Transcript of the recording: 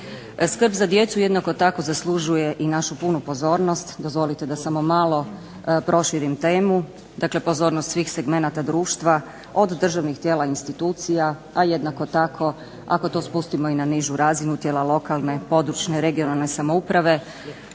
Skrb za djecu jednako tako zaslužuje i našu punu pozornost. Dozvolite da samo malo proširim temu, dakle pozornost svih segmenata društva od državnih tijela i institucija, a jednako tako ako to spustimo i na nižu razinu tijela lokalne, područne (regionalne) samouprave,